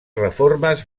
reformes